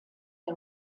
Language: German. der